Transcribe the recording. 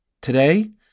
Today